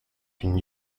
can